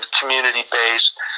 community-based